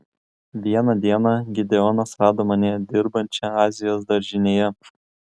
vieną dieną gideonas rado mane dirbančią azijos daržinėje